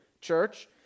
church